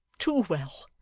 too well.